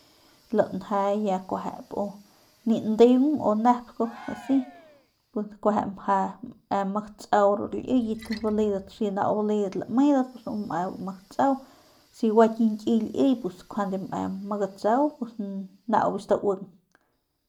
Lanje ya kuejep u ni ndeung u nep asi pik mjau me ma gatsau ru liyet baledat si nau baledat lamedat pus me ma gatsau si gua kiñkiy liy pus juande me ma gatsau pus nau stauing.